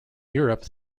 europe